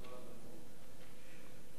אחריו, חבר הכנסת חמד עמאר.